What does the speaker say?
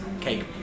cake